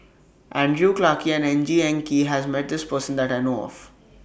Andrew Clarke and Ng Eng Kee has Met This Person that I know of